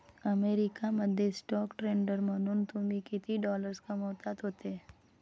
America मध्ये stock trader म्हणून तुम्ही किती डॉलर्स कमावत होते